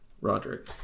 roderick